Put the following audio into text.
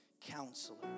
Counselor